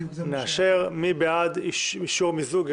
מי בעד אישור המיזוג?